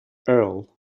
earl